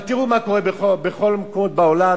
אבל תראו מה קורה בכל המקומות בעולם,